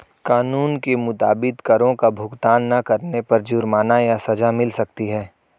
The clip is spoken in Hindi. कानून के मुताबिक, करो का भुगतान ना करने पर जुर्माना या सज़ा मिल सकती है